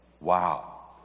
Wow